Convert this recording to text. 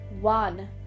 one